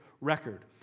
record